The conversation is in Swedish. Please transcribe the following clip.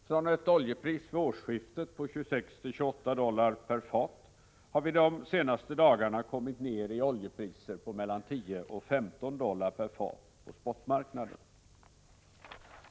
Från ett oljepris vid årsskiftet på 26-28 dollar per fat har vi de senaste dagarna kommit ner i oljepriser på mellan 10 och 15 dollar per fat på spotmarknaden.